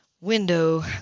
window